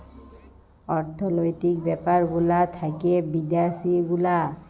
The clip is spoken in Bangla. অর্থলৈতিক ব্যাপার গুলা থাক্যে বিদ্যাসি গুলা